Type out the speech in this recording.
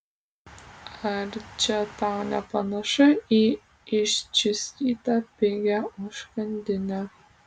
ar čia tau nepanašu į iščiustytą pigią užkandinę